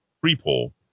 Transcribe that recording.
pre-poll